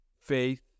faith